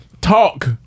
talk